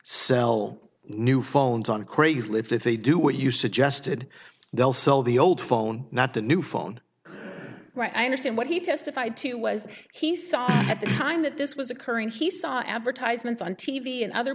sell new phones on craigslist if they do what you suggested they'll sell the old phone not the new phone right i understand what he testified to was he saw at the time that this was occurring he saw advertisements on t v and other